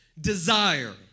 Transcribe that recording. Desire